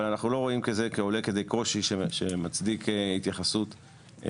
אבל אנחנו לא רואים כזה כעולה כדי קושי שמצדיק התייחסות מיוחדת.